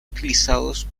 utilizados